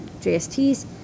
JSTs